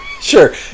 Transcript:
sure